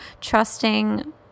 trusting